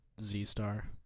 Z-Star